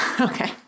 Okay